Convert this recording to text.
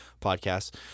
podcasts